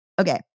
Okay